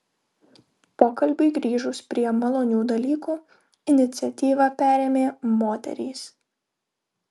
pokalbiui grįžus prie malonių dalykų iniciatyvą perėmė moterys